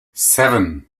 seven